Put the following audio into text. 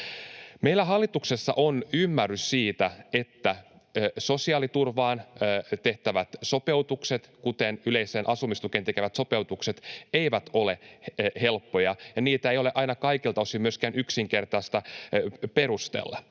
Meillä hallituksessa on ymmärrys siitä, että sosiaaliturvaan tehtävät sopeutukset, kuten yleiseen asumistukeen tehtävät sopeutukset, eivät ole helppoja ja niitä ei ole aina kaikilta osin myöskään yksinkertaista perustella.